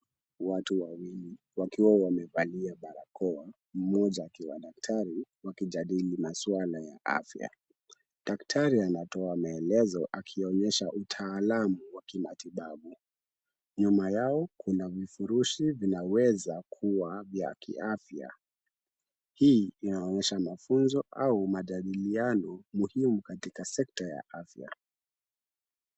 Watu wawili wakiwa wamevalia barakoa, mmoja akiwa akiwa na tai wakijadili maswala ya afya. Daktari anatoa maelezo ya kitaalamu ya kimatibabu. Nyuma yao kuna vifurushi vinaweza kuwa vya Kiafya . Hii inaonyesha mafunzo au majadiliano muhimu katika sekta ya afya.